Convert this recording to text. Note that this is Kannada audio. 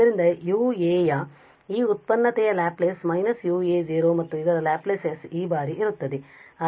ಆದ್ದರಿಂದ ua ಯ ಈ ವ್ಯುತ್ಪನ್ನತೆಯ ಲ್ಯಾಪ್ಲೇಸ್ −ua ಮತ್ತು ಇದರ ಲ್ಯಾಪ್ಲೇಸ್ s ಈ ಬಾರಿ ಇರುತ್ತದೆ